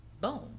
Boom